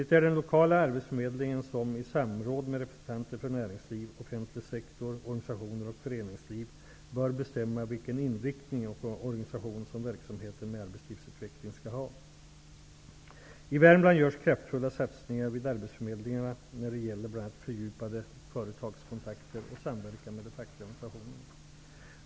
Det är den lokala arbetsförmedlingen som, i samråd med representanter för näringsliv, offentlig sektor, organisationer och föreningsliv, bör bestämma vilken inriktning och organisation som verksamheten med arbetslivsutvecklingen skall ha. I Värmland görs kraftfulla satsningar vid arbetsförmedlingarna när det gäller bl.a. fördjupade företagskontakter och samverkan med de fackliga organisationerna.